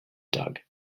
dug